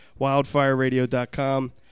wildfireradio.com